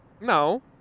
no